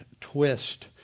twist